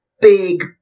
big